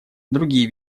другие